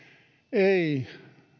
ei